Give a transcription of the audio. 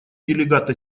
делегата